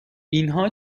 اینها